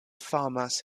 famas